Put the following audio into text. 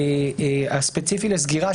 הספציפי לסגירה,